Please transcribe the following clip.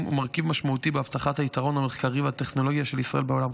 ומרכיב משמעותי בהבטחת היתרון המחקרי והטכנולוגי של ישראל בעולם.